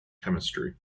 chemistry